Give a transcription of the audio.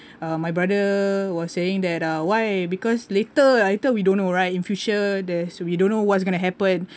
uh my brother was saying that uh why because later later we don't know right in future there's we don't know what's going to happen